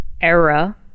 era